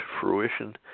fruition